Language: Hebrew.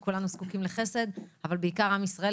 כולנו זקוקים לחסד, אבל בעיקר עם ישראל.